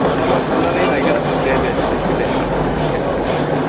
माब्लाबा थांनानै नायगोन आं दे दे जोब्बाय दे औ